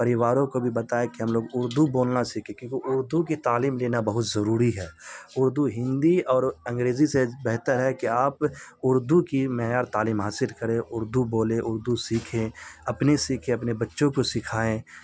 پریواروں کو بھی بتائں کہ ہم لوگ اردو بولنا سیکھیں کیونکہ اردو کی تعلیم لینا بہت ضروری ہے اردو ہندی اور انگریزی سے بہتر ہے کہ آپ اردو کی معیاری تعلیم حاصل کریں اردو بولیں اردو سیکھیں اپنی سیکھیں اپنے بچوں کو سکھائیں